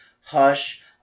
Hush